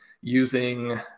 using